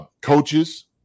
coaches